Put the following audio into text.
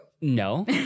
No